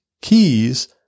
keys